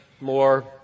more